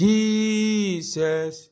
Jesus